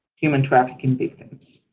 human trafficking victims.